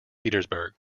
petersburg